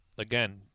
Again